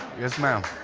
yes, ma'am.